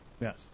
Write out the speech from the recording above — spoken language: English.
Yes